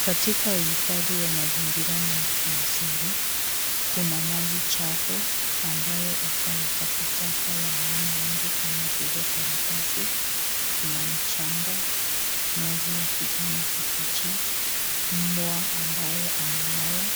Katika uhifadhi wa mazingira na mali asili, kuna maji chafu ambayo iko na takataka ya aina nyingi kama vile karatasi, kuna mchanga, nyasi ya kijani kibichi, mbwa ambaye amelala,